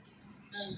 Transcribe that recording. um